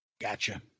gotcha